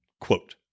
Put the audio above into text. quote